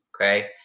Okay